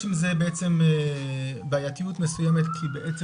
יש עם זה בעייתיות מסוימת כי אנחנו